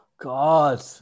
God